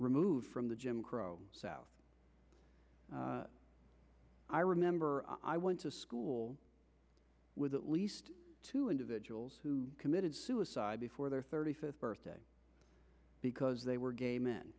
removed from the jim crow south i remember i went to school with at least two individuals who committed suicide before their thirty fifth birthday because they were gay men